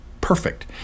perfect